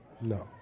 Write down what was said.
No